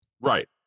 Right